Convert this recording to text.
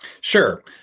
Sure